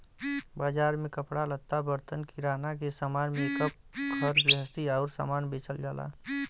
बाजार में कपड़ा लत्ता, बर्तन, किराना के सामान, मेकअप, घर गृहस्ती आउर सामान बेचल जाला